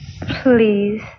Please